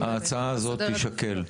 ההצעה הזאת תישקל.